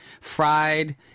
fried